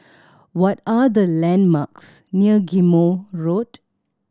what are the landmarks near Ghim Moh Road